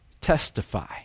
testify